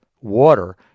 water